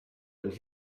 and